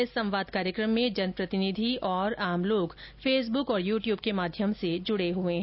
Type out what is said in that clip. इस संवाद कार्यक्रम में जनप्रतिनिधि और आम लोग फेसबुक और यू ट्यूब के माध्यम से जुड़े हुए हैं